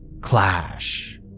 Clash